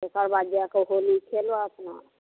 तेकर बाद जा कऽ होली खेलो अपना